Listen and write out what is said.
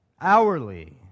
hourly